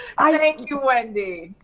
thank you wendy.